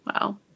Wow